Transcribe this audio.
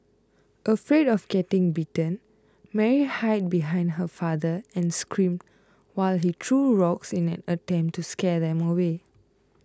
afraid of getting bitten Mary hid behind her father and screamed while he threw rocks in an attempt to scare them away